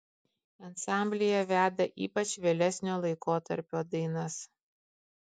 ansamblyje veda ypač vėlesnio laikotarpio dainas